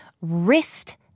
wrist